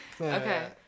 Okay